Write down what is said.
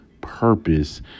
purpose